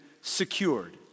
secured